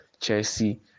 Chelsea